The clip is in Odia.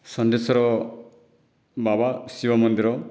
ଷଣ୍ଢେଶ୍ଵର ବାବା ଶିବ ମନ୍ଦିର